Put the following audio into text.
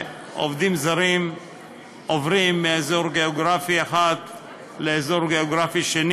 עובדים זרים עוברים מאזור גיאוגרפי אחד לאזור גיאוגרפי אחר,